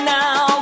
now